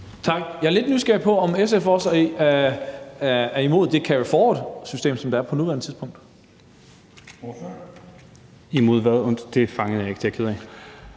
Tak. Jeg er lidt nysgerrig på, om SF også er imod det carry forward-system, der er på nuværende tidspunkt.